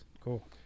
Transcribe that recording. Cool